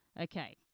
Okay